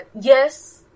yes